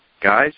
Guys